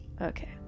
Okay